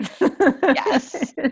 Yes